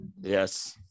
Yes